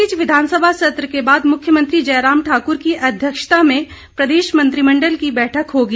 इस बीच विधानसभा सत्र के बाद मुख्यमंत्री जयराम ठाकुर की अध्यक्षता में प्रदेश मंत्रिमंडल की बैठक होगी